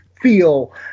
Feel